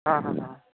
हां हां हां